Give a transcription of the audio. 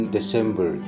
December